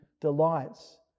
delights